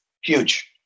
Huge